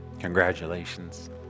Congratulations